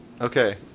Okay